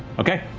okay,